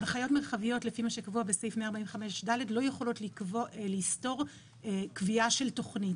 הנחיות מרחביות לפי מה שקבוע בסעיף 145ד לא יכולות לסתור קביעה של תוכנית